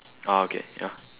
oh okay ya